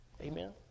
Amen